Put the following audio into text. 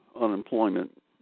unemployment